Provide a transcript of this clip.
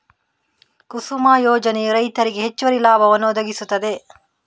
ಕುಸುಮ ಯೋಜನೆಯು ರೈತರಿಗೆ ಹೆಚ್ಚುವರಿ ಲಾಭವನ್ನು ಒದಗಿಸುತ್ತದೆ